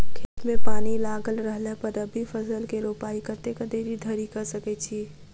खेत मे पानि लागल रहला पर रबी फसल केँ रोपाइ कतेक देरी धरि कऽ सकै छी?